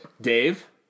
Dave